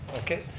okay,